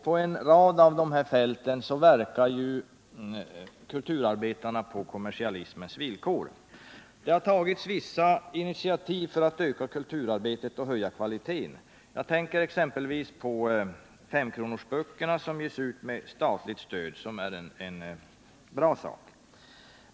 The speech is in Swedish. På en rad av dessa fält verkar kulturarbetarna på kommersialismens villkor. Det har tagits vissa initiativ för att öka kulturutbudet och höja kvaliteten. Jag tänker exempelvis på femkronorsböckerna, som ges ut med statligt stöd och som är en bra sak.